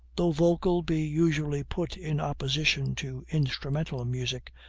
though vocal be usually put in opposition to instrumental music,